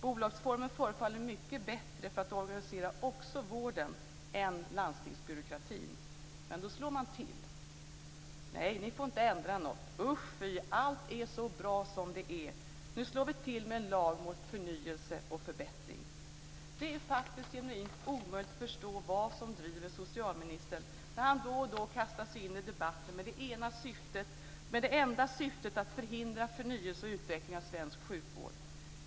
Bolagsformen förefaller också bättre än landstingsbyråkratin för att organisera vården. Men då slår man till: "Nej, ni får inte ändra något. Usch, fy. Allt är så bra som det är. Nu slår vi till med en lag mot förnyelse och förbättring." Det är faktiskt genuint omöjligt att förstå vad som driver socialministern när han då och då kastar sig in i debatten med det enda syftet att förhindra förnyelse och utveckling av svensk sjukvård.